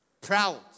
proud